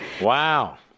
Wow